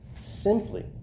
simply